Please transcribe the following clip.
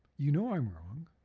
you know i'm wrong,